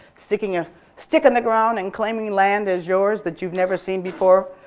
sticking a stick in the ground and claiming land as yours that you've never seen before.